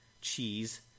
cheese